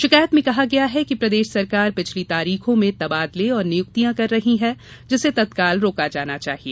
शिकायत में कहा गया है कि प्रदेश सरकार पिछली तारीखों में तबादले और नियुक्तियां कर रही है जिसे तत्काल रोका जाना चाहिए